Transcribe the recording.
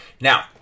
Now